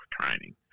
training